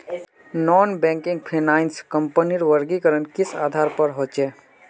Non banking finance कंपनीर वर्गीकरण किस आधार पर होचे?